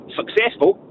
successful